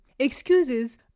Excuses